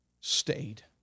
stayed